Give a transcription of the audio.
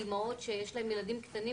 אימהות שיש להן ילדים קטנים.